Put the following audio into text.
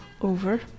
over